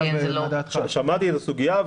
שמעתי את הסוגיה,